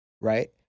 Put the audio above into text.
right